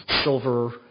silver